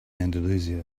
andalusia